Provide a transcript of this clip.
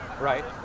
Right